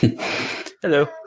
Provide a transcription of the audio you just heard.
hello